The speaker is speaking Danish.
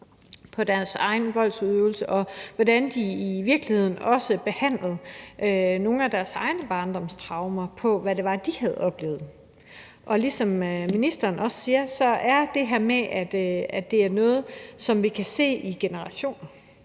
for deres egen voldsudøvelse, og de fik i virkeligheden også behandlet nogle af deres egne barndomstraumer og det, de havde oplevet. Som ministeren også siger, er det her noget, vi kan se i generationer.